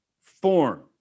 form